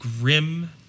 grim